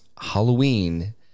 halloween